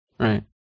Right